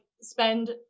spend